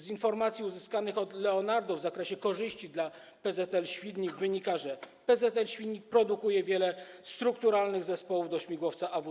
Z informacji uzyskanych od Leonardo w zakresie korzyści dla PZL-Świdnik wynika, że PZL-Świdnik produkuje wiele strukturalnych zespołów do śmigłowca AW101.